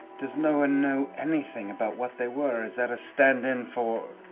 does no one know anything about what they were? is that a stand-in for